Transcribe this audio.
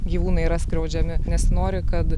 gyvūnai yra skriaudžiami nesinori kad